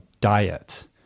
diet